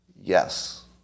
Yes